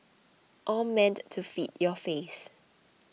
all meant to feed your face